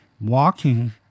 walking